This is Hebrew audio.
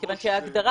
זה בעצם הגדרה